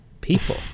people